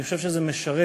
אני חושב שזה משרת